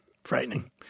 frightening